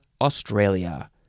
Australia